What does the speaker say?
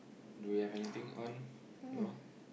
do we have anything on no